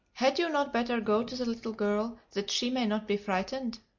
had you not better go to the little girl, that she may not be frightened?